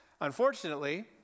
unfortunately